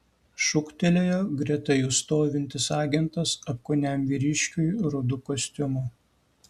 šūktelėjo greta jų stovintis agentas apkūniam vyriškiui rudu kostiumu